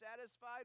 satisfied